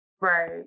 Right